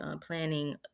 planning